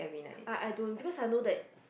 I I don't because I know that